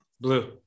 Blue